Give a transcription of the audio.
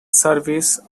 service